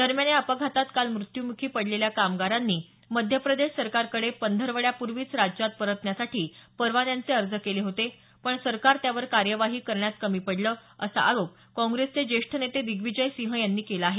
दरम्यान या अपघातात काल मृत्यूमुखी पडलेल्या कामगारांनी मध्यप्रदेश सरकारकडे पंधरवड्यापूर्वीच राज्यात परतरण्यासाठी परवान्यांचे अर्ज केले होते पण सरकार त्यावर कार्यवाही करण्यात कमी पडलं असा आरोप काँग्रेसचे ज्येष्ठ नेते दिग्विजय सिंह यांनी केला आहे